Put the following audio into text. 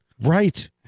Right